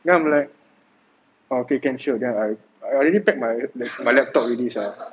then I'm like okay can sure then I I already packed my my laptop already sia